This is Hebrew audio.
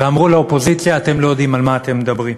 אמרו לאופוזיציה: אתם לא יודעים על מה אתם מדברים.